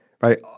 right